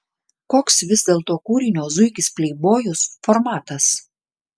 koks vis dėlto kūrinio zuikis pleibojus formatas